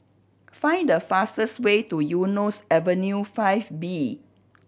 find the fastest way to Eunos Avenue Five B